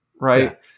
right